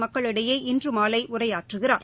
மக்களிடையே இன்று மாலை உரையாற்றுகிறார்